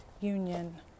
union